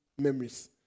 memories